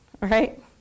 right